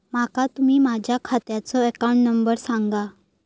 माका तुम्ही माझ्या खात्याचो अकाउंट नंबर सांगा?